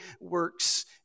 works